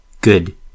good